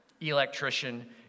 electrician